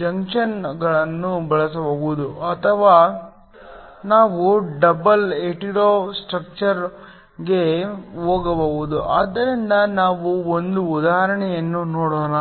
ಜಂಕ್ಷನ್ಗಳನ್ನು ಬಳಸಬಹುದು ಅಥವಾ ನಾವು ಡಬಲ್ ಹೆಟೆರೋ ಸ್ಟ್ರಕ್ಚರ್ಗೆ ಹೋಗಬಹುದು ಆದ್ದರಿಂದ ನಾವು ಒಂದು ಉದಾಹರಣೆಯನ್ನು ನೋಡೋಣ